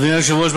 אדוני היושב-ראש,